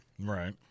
Right